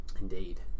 Indeed